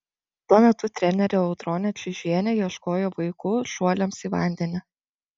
tuo metu trenerė audronė čižienė ieškojo vaikų šuoliams į vandenį